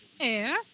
Air